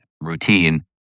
routine